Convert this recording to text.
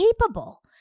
capable